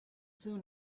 soon